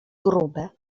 grube